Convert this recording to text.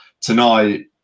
tonight